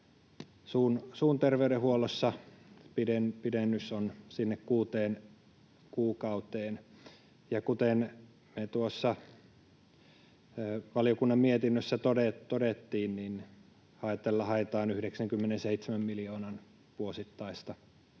suun terveydenhuollossa pidennys on sinne kuuteen kuukauteen. Kuten me tuossa valiokunnan mietinnössä todettiin, tällä haetaan 97 miljoonan vuosittaista